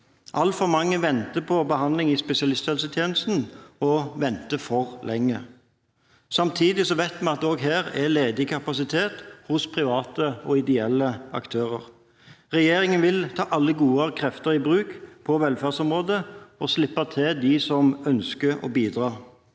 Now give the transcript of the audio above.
Altfor mange venter på behandling i spesialisthelsetjenesten – og venter for lenge. Samtidig vet vi at det også her er ledig kapasitet hos private og ideelle aktører. Regjeringen vil ta alle gode krefter i bruk på velferdsområdet og slippe til de som ønsker å bidra.